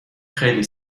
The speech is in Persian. خیلی